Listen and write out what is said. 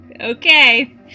Okay